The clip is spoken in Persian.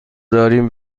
داریم